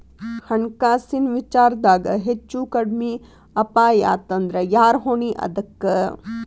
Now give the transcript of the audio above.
ಹಣ್ಕಾಸಿನ್ ವಿಚಾರ್ದಾಗ ಹೆಚ್ಚು ಕಡ್ಮಿ ಅಪಾಯಾತಂದ್ರ ಯಾರ್ ಹೊಣಿ ಅದಕ್ಕ?